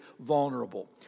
vulnerable